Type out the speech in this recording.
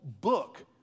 book